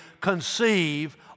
conceive